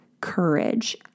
courage